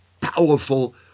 powerful